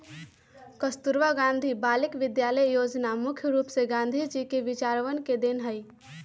कस्तूरबा गांधी बालिका विद्यालय योजना मुख्य रूप से गांधी जी के विचरवन के देन हई